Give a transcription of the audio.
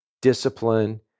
discipline